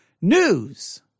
news